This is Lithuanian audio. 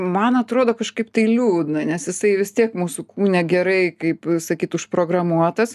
man atrodo kažkaip tai liūdna nes jisai vis tiek mūsų kūne gerai kaip sakyt užprogramuotas